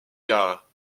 gare